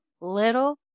little